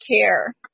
care